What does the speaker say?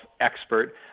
expert